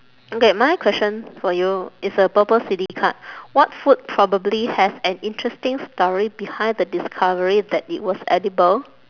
okay my question for you is a purple silly card what food probably has an interesting story behind the discovery that it was edible